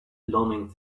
learning